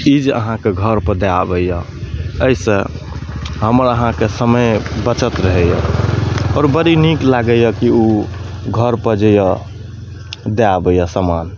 चीज अहाँके घरपर दए आबैया एहिसऽ हमर अहाँके समयके बचत रहैया आओर बड़ी नीक लागैया कि ओ घरपर जे यऽ दए अबैया समान